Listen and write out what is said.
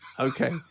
Okay